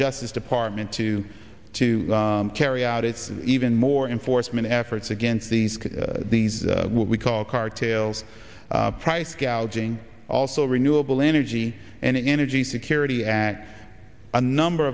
justice department to to carry out its even more in forstmann efforts against these these what we call cartels price gouging also renewable energy and energy security act a number